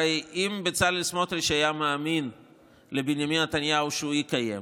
הרי אם בצלאל סמוטריץ' היה מאמין לבנימין נתניהו שהוא יקיים,